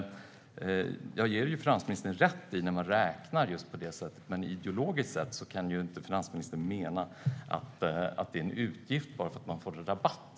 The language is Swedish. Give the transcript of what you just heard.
Jag ger finansministern rätt i hur hon räknar, men ideologiskt kan finansministern inte mena att det är en utgift bara för att man får en rabatt.